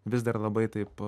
vis dar labai taip